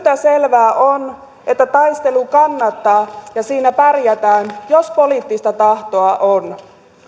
selvää on että taistelu kannattaa ja siinä pärjätään jos poliittista tahtoa on